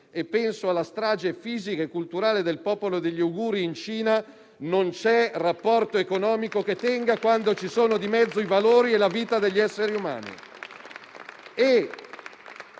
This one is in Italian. e penso alla strage fisica e culturale del popolo degli uiguri in Cina - perché non c'è rapporto economico che tenga, quando ci sono di mezzo i valori e la vita degli esseri umani.